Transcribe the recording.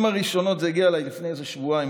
זה הגיע אליי לפני איזה שבועיים,